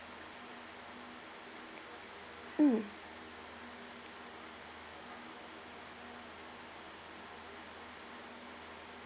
mm